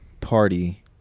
party